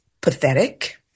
pathetic